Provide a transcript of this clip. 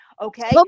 Okay